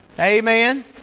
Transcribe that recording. Amen